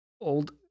old